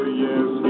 yes